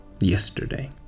Yesterday